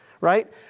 right